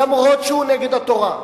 למרות שזה נגד התורה,